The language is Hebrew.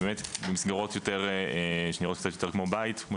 ושהמסגרות ייראו יותר כמו בית כמו